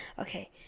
Okay